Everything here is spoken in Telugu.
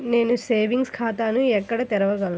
నేను సేవింగ్స్ ఖాతాను ఎక్కడ తెరవగలను?